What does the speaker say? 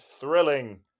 thrilling